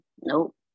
Nope